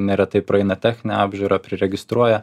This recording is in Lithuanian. neretai praeina techninę apžiūrą priregistruoja